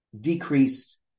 decreased